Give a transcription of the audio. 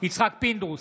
יצחק פינדרוס,